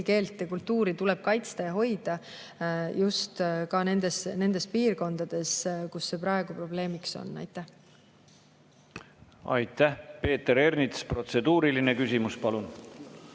keelt ja kultuuri tuleb kaitsta ja hoida, ja seda ka nendes piirkondades, kus see praegu probleemiks on. Aitäh! Peeter Ernits, protseduuriline küsimus, palun!